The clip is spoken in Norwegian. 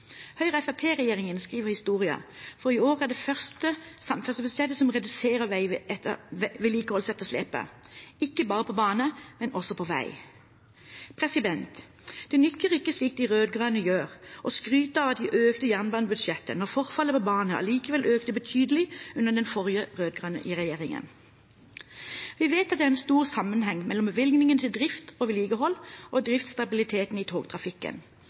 skriver historie, for i år er det det første samferdselsbudsjettet som reduserer vedlikeholdsetterslepet – ikke bare på bane, men også på vei. Det nytter ikke, slik de rød-grønne gjør, å skryte av at en økte jernbanebudsjettet når forfallet på banen likevel økte betydelig under den forrige, rød-grønne, regjeringen. Vi vet at det er stor sammenheng mellom bevilgningen til drift og vedlikehold og driftsstabiliteten i togtrafikken.